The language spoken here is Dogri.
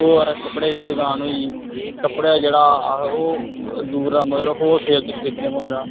होर कपड़े दी दकान होई गेई कपड़ा जेह्ड़ा अस ओह् दूर दा मतलब होल सेल च खरीदने पौंदा